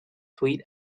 sweet